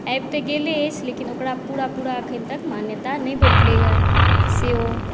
आबि तऽ गेले अछि लेकिन ओकरा पूरा पूरा एखन तक मान्यता नहि भेटलैए से ओ